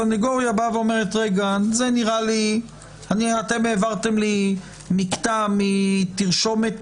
הסניגוריה אומרת: העברתם לי מקטע מתרשומת